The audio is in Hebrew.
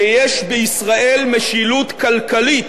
יש בישראל משילות כלכלית.